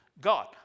God